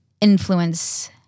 influence